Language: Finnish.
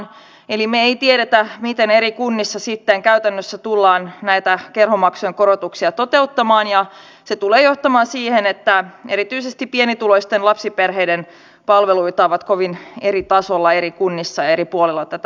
eli me emme tiedä miten eri kunnissa sitten käytännössä tullaan näitä kerhomaksujen korotuksia toteuttamaan ja se tulee johtamaan siihen että erityisesti pienituloisten lapsiperheiden palvelut ovat kovin eri tasolla eri kunnissa ja eri puolilla tätä maata